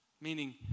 Meaning